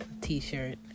t-shirt